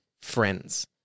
friends